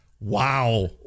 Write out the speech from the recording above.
Wow